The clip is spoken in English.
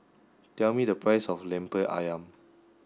tell me the price of Lemper Ayam